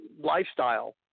lifestyle